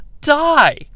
die